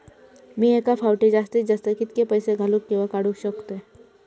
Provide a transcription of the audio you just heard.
मी एका फाउटी जास्तीत जास्त कितके पैसे घालूक किवा काडूक शकतय?